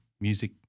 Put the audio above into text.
music